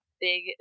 big